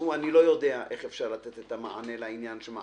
אני לא יודע איך אפשר לתת את המענה לעניין.